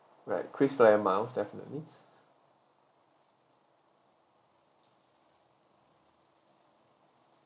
right krisflyer miles definitely